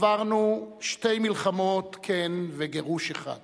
עברנו שתי מלחמות, כן, וגירוש אחד.